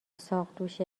ساقدوش